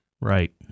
right